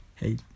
Hey